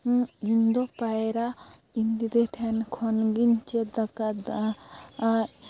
ᱤᱧᱫᱚ ᱯᱟᱭᱨᱟ ᱤᱧ ᱫᱤᱫᱤ ᱴᱷᱮᱱ ᱠᱷᱚᱱ ᱜᱤᱧ ᱪᱮᱫ ᱟᱠᱟᱫᱟ ᱟᱨ